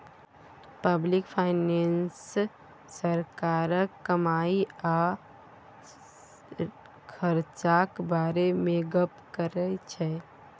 public finance सरकारक कमाई आ खरचाक बारे मे गप्प करै छै